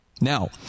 Now